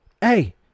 hey